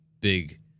big